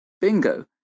bingo